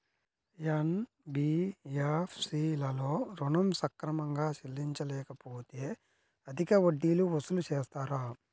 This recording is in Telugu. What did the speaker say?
ఎన్.బీ.ఎఫ్.సి లలో ఋణం సక్రమంగా చెల్లించలేకపోతె అధిక వడ్డీలు వసూలు చేస్తారా?